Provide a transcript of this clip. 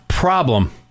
problem